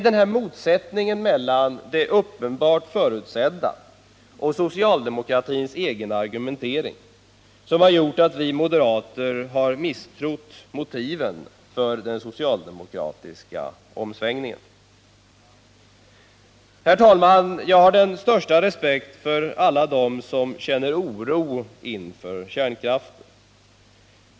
Denna motsättning mellan det uppenbart förutsedda och socialdemokratins egen argumentering har gjort att vi moderater misstror motiven för den socialdemokratiska omsvängningen. Herr talman! Jag har den största respekt för alla de människor som känner oro inför kärnkraften.